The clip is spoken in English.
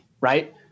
Right